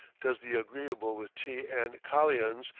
does the agreeable with tea and kalians,